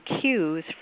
cues